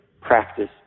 practice